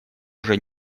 уже